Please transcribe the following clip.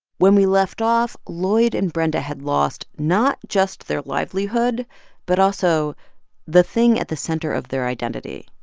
when we left off, lloyd and brenda had lost not just their livelihood but also the thing at the center of their identity.